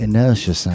Inertia